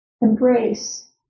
embrace